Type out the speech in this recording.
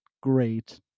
great